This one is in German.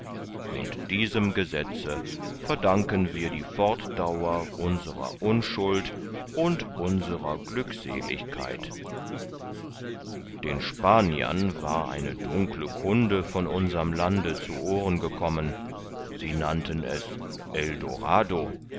und diesem gesetze verdanken wir die fortdauer unserer unschuld und unserer glückseligkeit den spaniern war eine dunkle kunde von unserm lande zu ohren gekommen sie nannten es